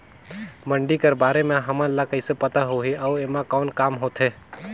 मंडी कर बारे म हमन ला कइसे पता होही अउ एमा कौन काम होथे?